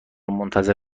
منتظر